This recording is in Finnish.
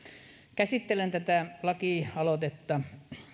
käsittelen tätä lakialoitetta